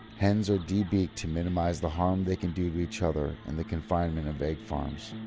hens are debeaked to minimise the harm they can do to each other in the confinement of egg farms.